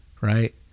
right